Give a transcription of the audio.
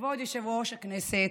כבוד יושב-ראש הכנסת,